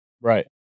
right